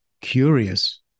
curious